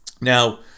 Now